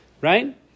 right